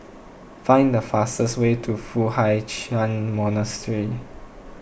find the fastest way to Foo Hai Ch'an Monastery